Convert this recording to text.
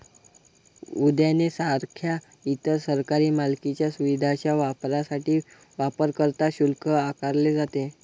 उद्याने सारख्या इतर सरकारी मालकीच्या सुविधांच्या वापरासाठी वापरकर्ता शुल्क आकारले जाते